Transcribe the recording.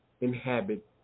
inhabit